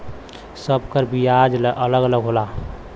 सब कर बियाज अलग अलग होला